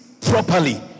properly